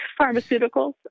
pharmaceuticals